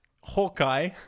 Hawkeye